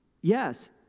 yes